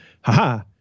haha